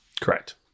Correct